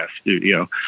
studio